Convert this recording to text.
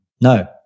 no